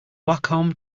wacom